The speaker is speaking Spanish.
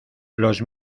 los